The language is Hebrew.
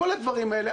כל הדברים האלה.